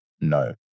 no